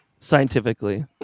Scientifically